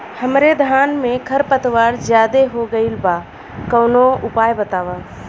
हमरे धान में खर पतवार ज्यादे हो गइल बा कवनो उपाय बतावा?